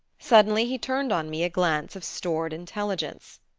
suddenly he turned on me a glance of stored intelligence.